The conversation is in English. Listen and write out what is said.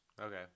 okay